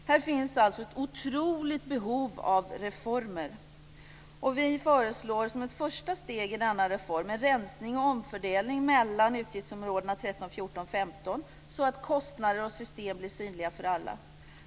Här finns alltså ett otroligt stort behov av reformer. Vi föreslår som ett första steg i denna reform en rensning och omfördelning mellan utgiftsområdena 13, 14 och 15, så att kostnader och system blir synliga för alla.